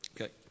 Okay